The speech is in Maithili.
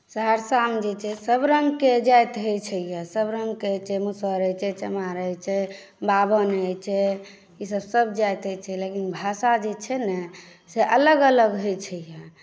सहरसामे जे छै सभरङ्गके जाति होइत छै यए सभरङ्गके होइत छै मुसहर होइत छै चमार होइत छै ब्राह्मण होइत छै ईसभ सभ जाति होइत छै लेकिन भाषा जे छै ने से अलग अलग होइत छै यए